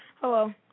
Hello